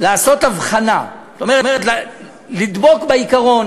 לעשות הבחנה, זאת אומרת, לדבוק בעיקרון